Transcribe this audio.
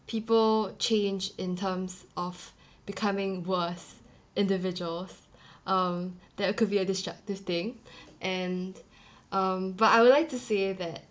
people change in terms of becoming worse individuals um that could be a destructive thing and um but I would like to say that